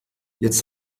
jetzt